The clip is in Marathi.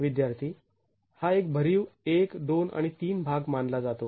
विद्यार्थी हा एक भरीव १ २ आणि ३ भाग मानला जातो